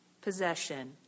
possession